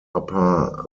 upper